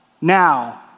now